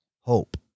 hope